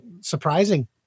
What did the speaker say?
surprising